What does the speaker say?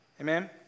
Amen